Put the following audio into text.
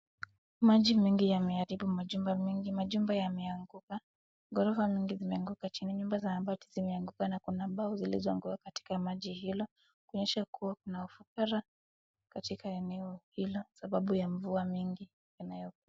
Maji mengi yameharibu majumba mengi, majumba yameanguka, gorofa mingi zimeanguka chini, nyumba za mabati zimeanguka na kuna mbao zilizoanguka katika maji hilo, kuonyesha kuwa kuna ufukara katika eneo hilo sababu ya mvua mingi.